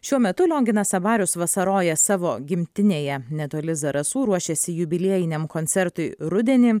šiuo metu lionginas abarius vasaroja savo gimtinėje netoli zarasų ruošiasi jubiliejiniam koncertui rudenį